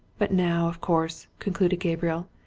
but now, of course, concluded gabriel,